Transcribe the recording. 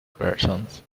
persons